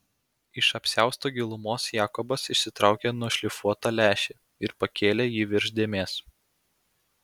iš apsiausto gilumos jakobas išsitraukė nušlifuotą lęšį ir pakėlė jį virš dėmės